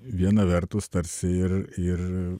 viena vertus tarsi ir ir